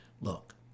Look